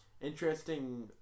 interesting